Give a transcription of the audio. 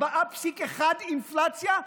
4.1% אינפלציה,